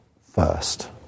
first